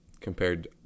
compared